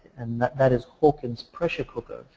and that that is hawkins pressure cooker.